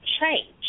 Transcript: change